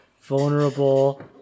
vulnerable